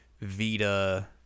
Vita